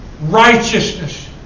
Righteousness